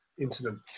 incident